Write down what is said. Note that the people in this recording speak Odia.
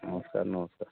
ନମସ୍କାର ନମସ୍କାର